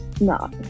No